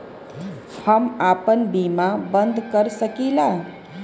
हमके आपन बीमा बन्द कर सकीला?